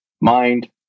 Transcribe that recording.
mind